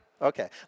Okay